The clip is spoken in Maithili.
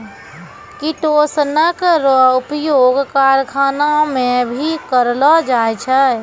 किटोसनक रो उपयोग करखाना मे भी करलो जाय छै